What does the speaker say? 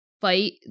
fight